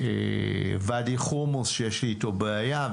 ואדי חומוס שיש לי איתו בעיה,